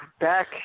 Back